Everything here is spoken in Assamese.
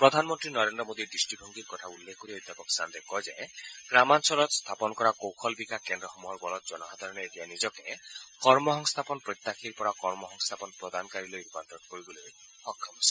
প্ৰধানমন্ত্ৰী নৰেন্দ্ৰ মোডীৰ দৃষ্টিভংগীৰ কথা উল্লেখ কৰি অধ্যাপক ছান্দে কয় যে গ্ৰামাঞ্চলত স্থাপন কৰা কৌশল বিকাশ কেন্দ্ৰসমূহৰ বলত জনসাধাৰণে এতিয়া নিজকে কৰ্মসংস্থাপন প্ৰত্যাশীৰ পৰা কৰ্মসংস্থাপন প্ৰদানকাৰীলৈ ৰূপান্তৰ কৰিবলৈ সক্ষম হৈছে